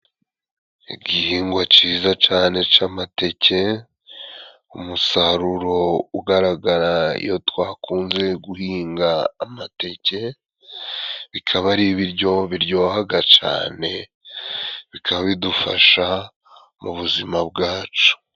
Igihingwa ciza cane c'amateke, umusaruro ugaragara iyo twakunze guhinga amateke, bikaba ari ibiryo biryohaga cane, bikaba bidufasha mu buzima bwacu.